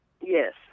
Yes